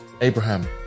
Abraham